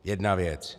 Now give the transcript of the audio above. Jedna věc.